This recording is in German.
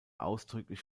ausdrücklich